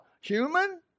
human